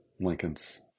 Lincoln's